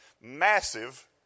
massive